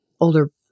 older